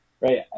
right